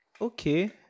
okay